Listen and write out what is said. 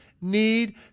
need